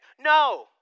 No